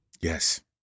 yes